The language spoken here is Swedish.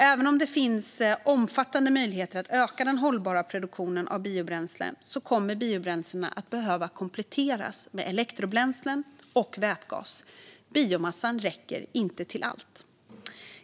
Även om det finns omfattande möjligheter att öka den hållbara produktionen av biobränslen kommer biobränslena att behöva kompletteras med elektrobränslen och vätgas. Biomassan räcker inte till allt.